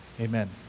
Amen